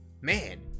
man